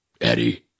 eddie